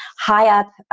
high up